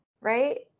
right